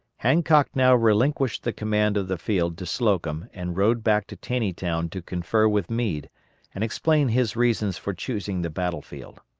hancock now relinquished the command of the field to slocum and rode back to taneytown to confer with meade and explain his reasons for choosing the battle-field.